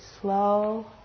slow